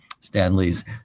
Stanley's